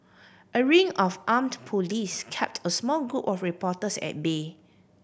a ring of armed police kept a small group of reporters at bay